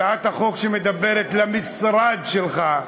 הצעת החוק שמדברת למשרד שלך,